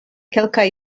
kelkaj